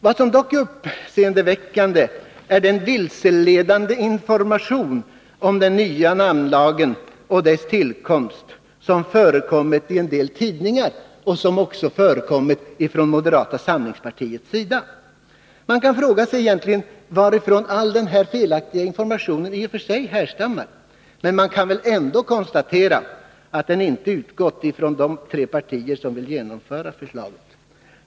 Vad som dock är uppseendeväckande är den vilseledande information om den nya namnlagen och dess tillkomst som förekommer i en del tidningar och som också har förekommit från moderata samlingspartiet. Man kan fråga sig varifrån all den här felaktiga informationen härstammar. I varje fall kan den inte ha utgått från de tre partier som vill genomföra förslaget.